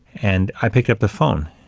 and i picked up the phone,